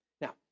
Now